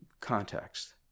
context